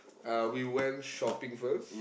uh we went shopping first